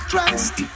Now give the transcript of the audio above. Trust